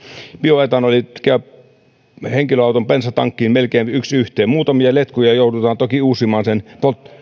bioetanoli käy henkilöauton bensatankkiin melkein yksi yhteen muutamia letkuja joudutaan toki uusimaan sen